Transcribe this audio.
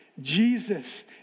Jesus